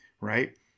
right